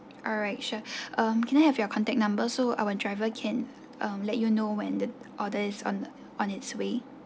alright sure um can I have your contact number so our driver can uh let you know when the order is on on its way